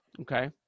Okay